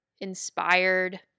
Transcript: inspired